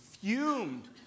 fumed